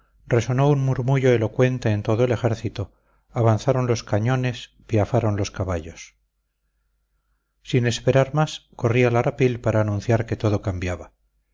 resonó un murmullo elocuente en todo el ejército avanzaron los cañones piafaron los caballos sin esperar más corrí al arapil para anunciar que todo cambiaba